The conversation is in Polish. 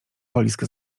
walizkę